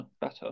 better